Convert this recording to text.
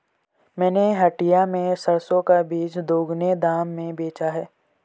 मैंने हटिया में सरसों का बीज दोगुने दाम में बेचा है